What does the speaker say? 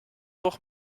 toch